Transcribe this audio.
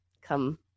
come